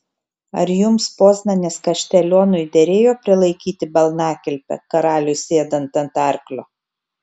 ar jums poznanės kaštelionui derėjo prilaikyti balnakilpę karaliui sėdant ant arklio